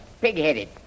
Pig-headed